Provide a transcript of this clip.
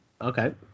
Okay